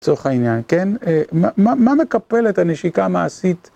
לצורך העניין, כן? מה מקפלת הנשיקה המעשית?